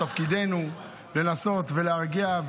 תפקידנו לנסות ולהרגיע,